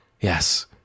Yes